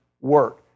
work